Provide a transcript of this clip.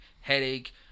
headache